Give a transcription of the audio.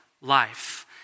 life